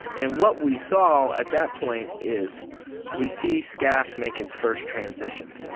and what we saw at that point is we see scaf make its first transition,